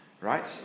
Right